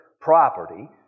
property